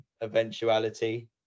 eventuality